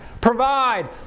provide